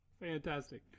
Fantastic